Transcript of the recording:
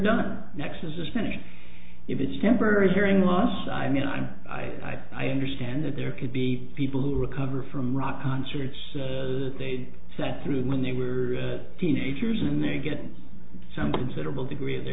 done nexus is finished it's temporary hearing loss i mean i'm i i understand that there could be people who recover from rock concerts as they sat through when they were teenagers and they get some considerable degree of the